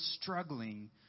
struggling